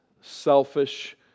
selfish